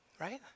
right